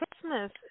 Christmas